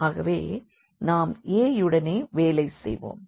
ஆகவே நாம் A யுடனே வேலை செய்வோம்